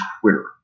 Twitter